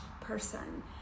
person